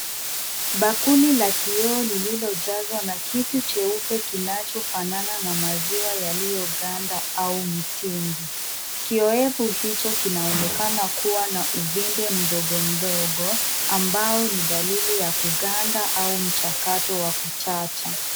Bakuli la kioo lililojazwa na kitu cheupe kinachofanana na maziwa yaliyoganda au mtendi, kiyoyeko hicho kinaonekana kuwa na uvimbe mdogomdogo ambao ni dalili ya kuganda au mchakato wa kuchacha.